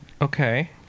Okay